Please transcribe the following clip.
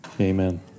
Amen